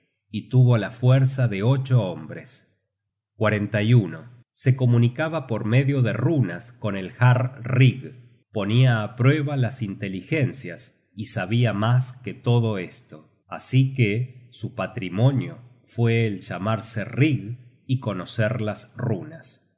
y tuvo la fuerza de ocho hombres se comunicaba por medio de runas con el jarl rig ponia á prueba las inteligencias y sabia mas que todo esto así que su patrimonio fue el llamarse rig y conocer las runas